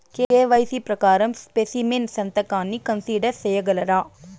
KYC ప్రకారం specimen సంతకాన్ని consider సేయగలరా?